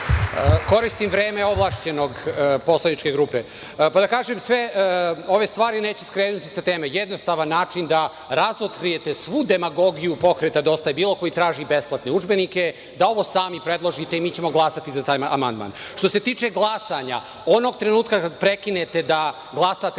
Koristim vreme ovlašćenog predstavnika poslaničke grupe. Da kažem sve ove stvari, neću skrenuti sa teme. Jednostavan način da razotkrijete svu demagogiju Pokreta „Dosta je bilo“, koji traži besplatne udžbenike, da ovo sami predložite, mi ćemo glasati za taj amandman. Što se tiče glasanja, onog trenutka kada prekinete da glasate na